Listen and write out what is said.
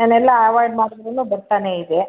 ನಾನೆಲ್ಲ ಅವಾಯ್ಡ್ ಮಾಡದ್ರೂ ಬರ್ತಾನೇ ಇದೆ